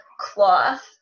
cloth